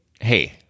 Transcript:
hey